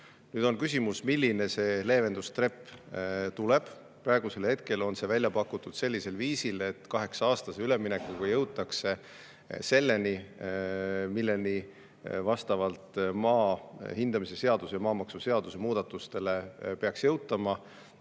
Nüüd on küsimus, milline see leevendustrepp tuleb. Praegusel hetkel on see välja pakutud sellisel viisil, et kaheksa-aastase üleminekuperioodiga jõutakse selleni, milleni vastavalt maa hindamise seaduse ja maamaksuseaduse muudatustele peaks jõutama.